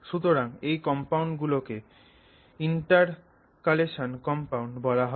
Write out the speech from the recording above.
সুতরাং এই কম্পাউন্ড গুলোকে ইন্টারকালেশন কম্পাউন্ড বলা হয়